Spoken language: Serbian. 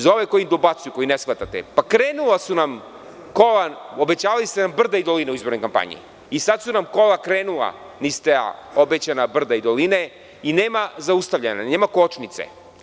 Za ove koji dobacuju i neshvataju, krenula su nam kola, obećavali ste nam brda i doline u izbornoj kampanji, niz ta obećana brda i doline i nema zaustavljana, nema kočnice.